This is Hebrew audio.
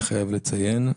אני חייב לציין.